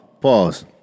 Pause